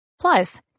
Plus